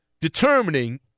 determining